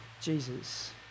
Jesus